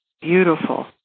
Beautiful